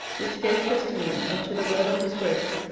which gave testimony unto the word of his grace,